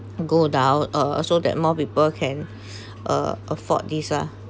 go down uh so that more people can uh afford this ah